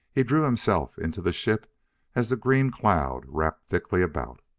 he drew himself into the ship as the green cloud wrapped thickly about.